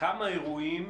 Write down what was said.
כמה אירועים